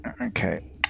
Okay